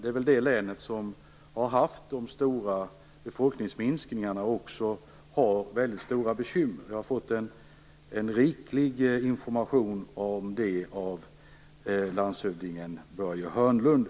Västernorrlands län är väl det län som har haft stora befolkningsminskningar och som har väldigt stora bekymmer. Jag har fått riklig information om det av länets landshövding Börje Hörnlund.